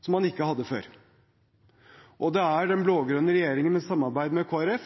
som man ikke hadde før. Og det er den blå-grønne regjeringen som i samarbeid med